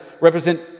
represent